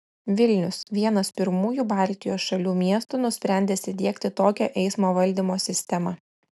vilnius vienas pirmųjų baltijos šalių miestų nusprendęs įdiegti tokią eismo valdymo sistemą